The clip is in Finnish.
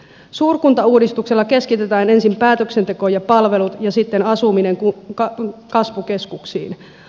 suurkuntauudistuksella keskitetään ensin päätöksenteko ja palvelut ja sitten asuminen kasvukeskuksiin